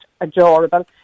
adorable